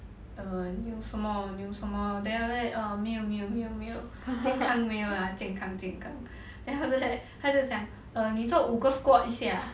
err 你有什么你有什么 then after that err 没有没有没有没有健康没有 lah 健康健康 then after that 他就讲 err 你做五个 squat 一下